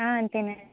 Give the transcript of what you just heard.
అంతేనండి